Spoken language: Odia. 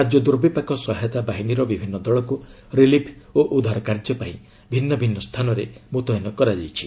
ରାଜ୍ୟ ଦୁର୍ବିପାକ ସହାୟତା ବାହିନୀର ବିଭିନ୍ନ ଦଳକୁ ରିଲିଫ୍ ଓ ଉଦ୍ଧାର କାର୍ଯ୍ୟ ପାଇଁ ଭିନ୍ନଭିନ୍ନ ସ୍ଥାନରେ ମୁତୟନ କରାଯାଇଛି